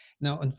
Now